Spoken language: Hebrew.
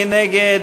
מי נגד?